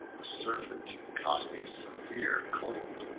the servant caught a severe cold,